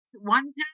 one